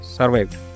survived